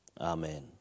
Amen